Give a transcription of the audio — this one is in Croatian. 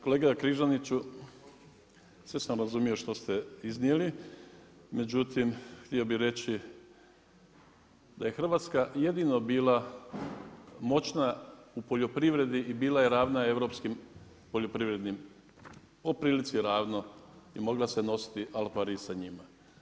Kolega Križaniću, sve sam razumio što ste iznijeli, međutim htio bi reći da je Hrvatska jedino bila moćna u poljoprivredi i bila je ravna europskim poljoprivrednim, po prilici ravno i mogla se nositi al pari sa njima.